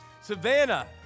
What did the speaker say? Savannah